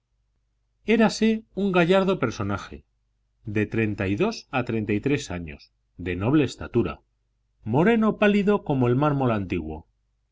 psicológicas érase un gallardo personaje de treinta y dos a treinta y tres años de noble estatura moreno pálido como el mármol antiguo